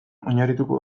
oinarrituko